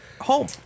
home